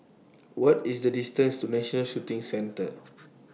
What IS The distance to National Shooting Center